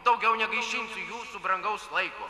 daugiau negaišinsiu jūsų brangaus laiko